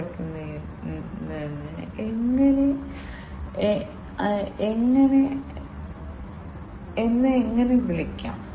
ഈ നിയന്ത്രണ സിഗ്നലുകൾ ടേക്ക് ഇൻപുട്ട് ഔട്ട്പുട്ടിൽ നിന്ന് വരാം